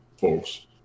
folks